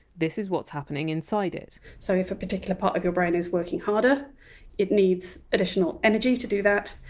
this is what is happening inside it so if a particular part of your brain is working harder it needs additional energy to do that.